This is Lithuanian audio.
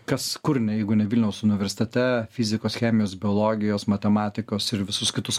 kas kur ne jeigu ne vilniaus universitete fizikos chemijos biologijos matematikos ir visus kitus